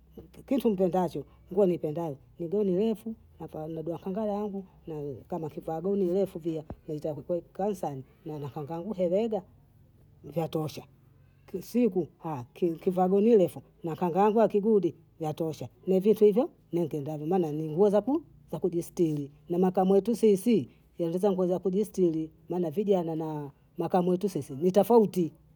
kitu npendacho, nguo nipendayo ni gauni refu na ka byakunda langu ni kama kivaa gauni refu via nitakukakae sana maana hangau heloda vyatosha, kisiku kivaa gauni refu mwakanga wangu akigudi vyatosha, navitu hivyo nipendavyo maana ni nguo za kujistiri, na makamu wetu sisi hi ndizo ngo za kujistiri, maaana vijana na makamu yetu sisi ni tofauti.